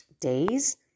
days